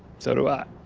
so do i.